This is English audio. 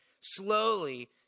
slowly